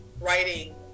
writing